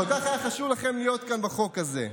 כל כך היה חשוב לכם להיות כאן בחוק הזה,